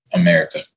America